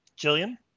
Jillian